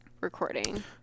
recording